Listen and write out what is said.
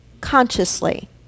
consciously